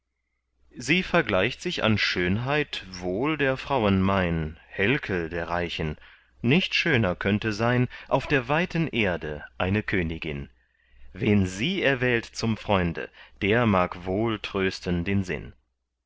sie vergleicht sich an schöne wohl der frauen mein helke der reichen nicht schöner könnte sein auf der weiten erde eine königin wen sie erwählt zum freunde der mag wohl trösten den sinn